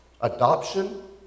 Adoption